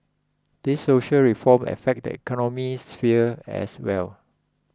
these social reforms affect the economic sphere as well